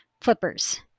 flippers